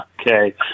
Okay